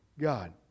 God